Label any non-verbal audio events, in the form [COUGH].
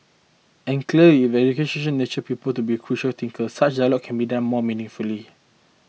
and clearly if the education [UNINTELLIGIBLE] nurtured people to be critical thinker such dialogue can be done more meaningfully